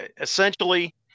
essentially